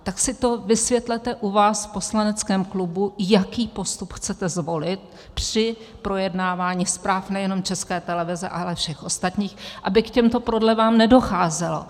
Tak si to vysvětlete u vás v poslaneckém klubu, jaký postup chcete zvolit při projednávání zpráv nejenom České televize, ale i všech ostatních, aby k těmto prodlevám nedocházelo.